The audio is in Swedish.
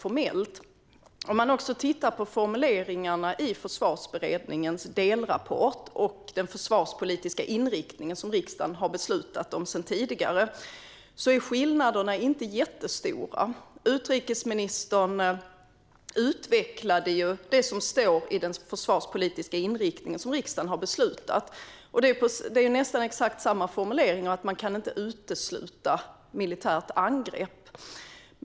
Om man tittar på formuleringarna i Försvarsberedningens delrapport och jämför med den försvarspolitiska inriktning som riksdagen tidigare har beslutat om ser man att skillnaderna inte är jättestora. Utrikesministern utvecklade vad som står i den försvarspolitiska inriktningen, som riksdagen har beslutat om. Det är nästan exakt samma formuleringar om att man inte kan utesluta ett militärt angrepp.